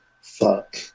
fuck